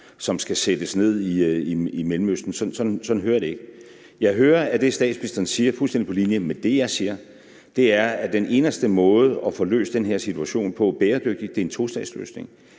som skal sættes ned i Mellemøsten. Sådan hører jeg det ikke. Jeg hører, at det, statsministeren siger, er fuldstændig på linje med det, jeg siger. Det er, at den eneste måde at få løst den her situation bæredygtigt på, er en tostatsløsning.